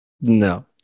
no